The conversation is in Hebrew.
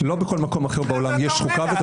לא בכל מקום אחר בעולם יש חוקה.